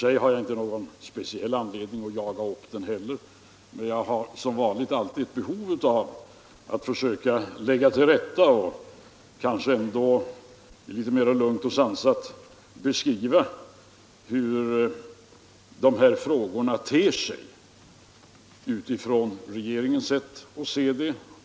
Jag har inte heller någon speciall anledning att jaga upp stämningen, men som vanligt har jag ett behov av att försöka lägga en del saker till rätta och att lugnt och sansat beskriva hur frågorna ter sig utifrån regeringens sätt att se dem.